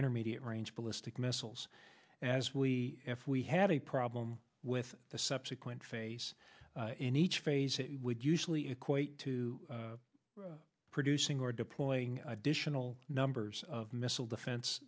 intermediate range ballistic missiles as we if we had a problem with the subsequent face in each phase it would usually equate to producing or deploying additional numbers of missile defen